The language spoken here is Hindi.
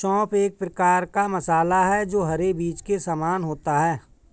सौंफ एक प्रकार का मसाला है जो हरे बीज के समान होता है